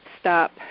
stop